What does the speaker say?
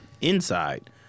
inside